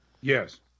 Yes